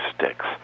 sticks